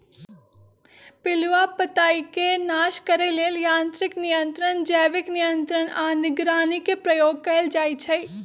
पिलुआ पताईके नाश करे लेल यांत्रिक नियंत्रण, जैविक नियंत्रण आऽ निगरानी के प्रयोग कएल जाइ छइ